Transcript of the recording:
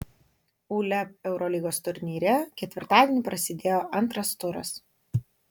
uleb eurolygos turnyre ketvirtadienį prasidėjo antras turas